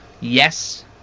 yes